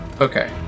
okay